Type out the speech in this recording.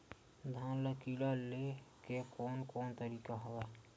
धान ल कीड़ा ले के कोन कोन तरीका हवय?